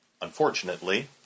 Unfortunately